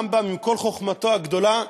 הרמב"ם, עם כל חוכמתו הגדולה,